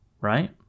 right